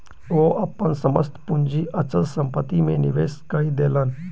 ओ अपन समस्त पूंजी अचल संपत्ति में निवेश कय देलैन